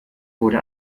wurde